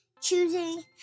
choosing